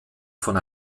von